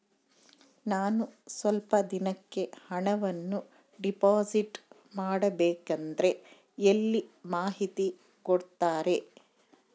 ನಾನು ಸ್ವಲ್ಪ ದಿನಕ್ಕೆ ಹಣವನ್ನು ಡಿಪಾಸಿಟ್ ಮಾಡಬೇಕಂದ್ರೆ ಎಲ್ಲಿ ಮಾಹಿತಿ ಕೊಡ್ತಾರೆ?